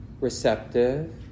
receptive